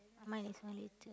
mine is only two